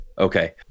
Okay